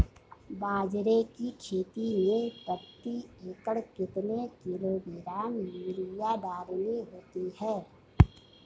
बाजरे की खेती में प्रति एकड़ कितने किलोग्राम यूरिया डालनी होती है?